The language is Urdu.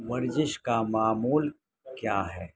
ورزش کا معمول کیا ہے